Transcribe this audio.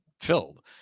filled